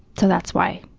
so that's why,